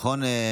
נכון,